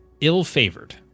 ill-favored